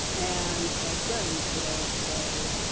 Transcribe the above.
and my friends would all say!